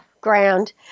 ground